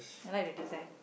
I like the design